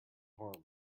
harm